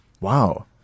Wow